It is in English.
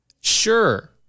sure